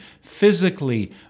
physically